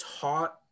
taught